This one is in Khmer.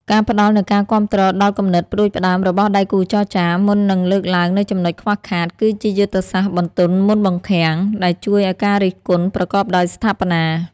ការផ្តល់នូវការគាំទ្រដល់គំនិតផ្ដួចផ្ដើមរបស់ដៃគូចរចា មុននឹងលើកឡើងនូវចំណុចខ្វះខាត គឺជាយុទ្ធសាស្ត្រ "បន្ទន់មុនបង្ខាំង" ដែលជួយឱ្យការរិះគន់ប្រកបដោយស្ថាបនា។